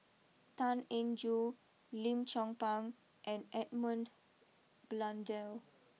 Tan Eng Joo Lim Chong Pang and Edmund Blundell